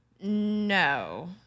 No